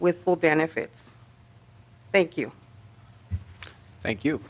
with full benefits thank you thank you